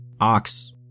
Ox